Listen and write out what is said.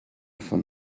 von